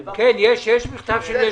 כן, יש מכתב של יש עתיד.